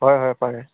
হয় হয় পাৰে